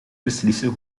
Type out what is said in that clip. beslissen